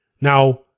Now